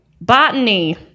botany